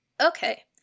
Okay